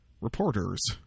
reporters